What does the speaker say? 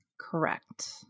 Correct